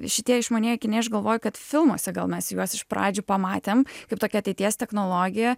šitie išmanieji akiniai aš galvoju kad filmuose gal mes juos iš pradžių pamatėm kaip tokia ateities technologija